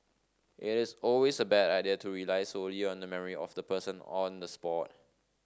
it is always a bad idea to rely solely on the memory of the person on the spot